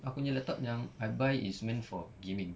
aku nya laptop yang I buy is meant for gaming